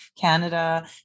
Canada